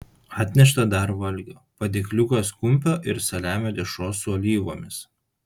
atnešta dar valgio padėkliukas kumpio ir saliamio dešros su alyvomis